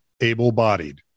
able-bodied